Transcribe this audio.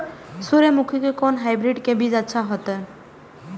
सूर्यमुखी के कोन हाइब्रिड के बीज अच्छा होते?